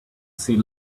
see